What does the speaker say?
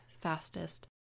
fastest